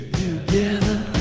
together